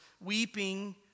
weeping